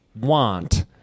want